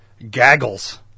gaggles